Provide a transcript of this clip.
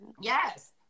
Yes